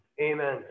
Amen